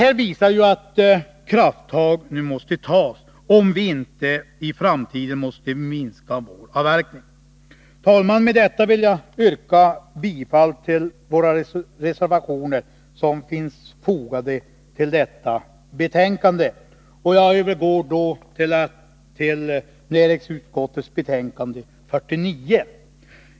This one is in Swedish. Detta visar ju att krafttag nu måste tas, om vi inte i framtiden måste minska vår avverkning. Herr talman! Med detta vill jag yrka bifall till våra reservationer som finns fogade till detta betänkande. Jag övergår då till näringsutskottets betänkande 49.